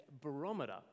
barometer